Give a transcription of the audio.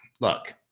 Look